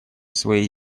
своей